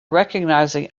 recognizing